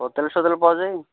hotel চোটেল পোৱা যায়